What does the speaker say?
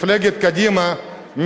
מפלגת קדימה,